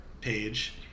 page